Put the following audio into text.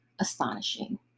astonishing